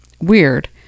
Weird